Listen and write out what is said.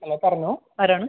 hello പറഞ്ഞോ ആരാണ്